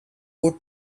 put